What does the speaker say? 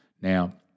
Now